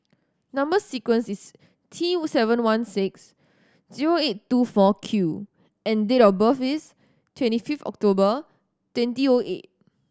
number sequence is T seven one six zero eight two four Q and date of birth is twenty fifth October twenty O eight